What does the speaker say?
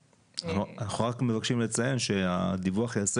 אנחנו רק מבקשים לציין שהדיווח ייעשה